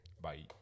Bye